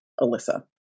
Alyssa